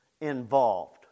involved